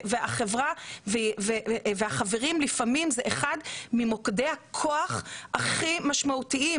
החברים, לפעמים זה אחד ממוקדי הכוח הכי משמעותיים,